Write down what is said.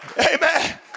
Amen